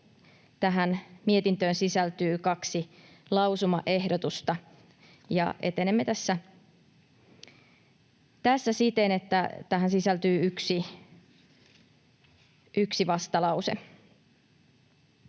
tähän mietintöön sisältyy kaksi lausumaehdotusta. Ja etenemme tässä siten, että tähän sisältyy yksi vastalause.